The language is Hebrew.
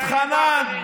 התחננת,